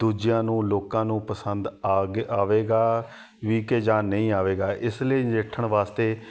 ਦੂਜਿਆਂ ਨੂੰ ਲੋਕਾਂ ਨੂੰ ਪਸੰਦ ਆਗ ਆਵੇਗਾ ਵੀ ਕਿ ਜਾਂ ਨਹੀਂ ਆਵੇਗਾ ਇਸ ਲਈ ਨਜਿੱਠਣ ਵਾਸਤੇ